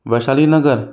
Vaishali Nagar